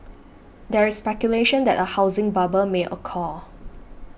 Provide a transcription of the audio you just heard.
there is speculation that a housing bubble may occur